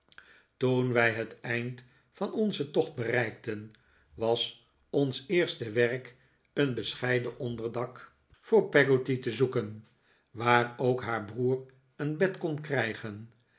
toen wij het eind van onzen tocht bereikten was ons eerste werk een bescheiden onderdak voor peggotty te zoeken waar ook haar broer een bed kon krijgen